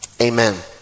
amen